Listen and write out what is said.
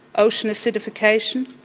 ocean acidification,